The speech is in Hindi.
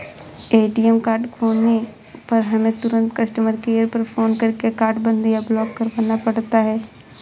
ए.टी.एम कार्ड खोने पर हमें तुरंत कस्टमर केयर पर फ़ोन करके कार्ड बंद या ब्लॉक करवाना पड़ता है